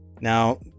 Now